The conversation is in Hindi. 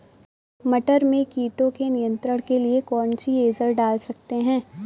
मटर में कीटों के नियंत्रण के लिए कौन सी एजल डाल सकते हैं?